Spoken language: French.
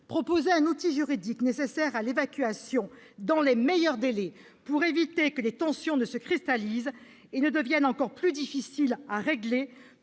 Proposer un outil juridique pour une évacuation dans les meilleurs délais, afin d'éviter que les tensions ne se cristallisent et ne deviennent encore plus difficiles à régler,